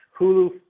Hulu